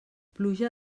pluja